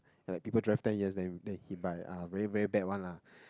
the people drive ten years them came by ah very very bad one lah